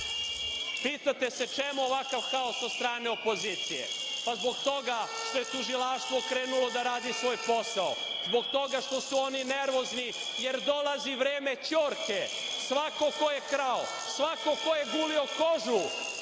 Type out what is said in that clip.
pitate se čemu ovaj haos od strane opozicije, pa zbog toga što je tužilaštvo krenulo da radi svoj posao, zbog toga što su oni nervozni, jer dolazi vreme ćorke, svako koje krao, svako koje gulio kožu